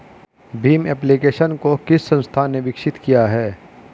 Bhim application को किस संस्था ने विकसित किया है?